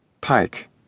Pike